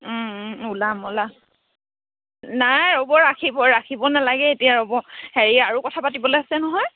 ওলাম ওলাম নাই ৰ'ব ৰাখিব ৰাখিব নালাগে এতিয়া ৰ'ব হেৰি আৰু কথা পাতিবলৈ আছে নহয়